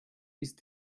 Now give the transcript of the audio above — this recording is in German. ist